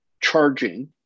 charging